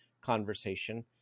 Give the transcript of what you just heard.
conversation